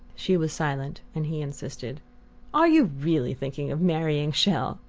she was silent, and he insisted are you really thinking of marrying chelles?